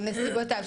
של נסיבותיו,